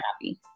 happy